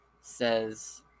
says